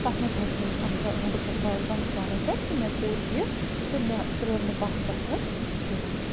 تتھ منٛز ہٮ۪کہٕ بہٕ ؤنِتھ اہن سا بہٕ چھَس پرٛاوُڈ پنٛنِس پانَس پٮ۪ٹھ کہِ مےٚ کوٚر یہِ تہٕ مےٚ ترٛٲو نہٕ پَتھ پَتھَر کیٚنٛہہ